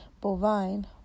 bovine